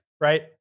right